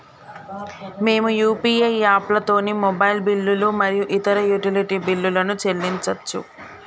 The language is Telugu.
మేము యూ.పీ.ఐ యాప్లతోని మొబైల్ బిల్లులు మరియు ఇతర యుటిలిటీ బిల్లులను చెల్లించచ్చు